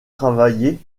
travaillé